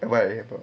what it post